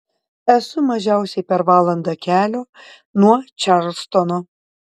esu mažiausiai per valandą kelio nuo čarlstono